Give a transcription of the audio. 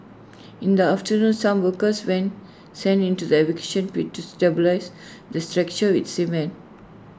in the afternoon some workers when sent into the pit to stabilise the structure with cement